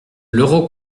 l’euro